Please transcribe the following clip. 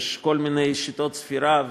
יש כל מיני שיטות ספירה,